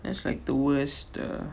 that's like the worst ah